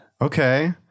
Okay